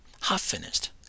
Half-finished